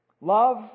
Love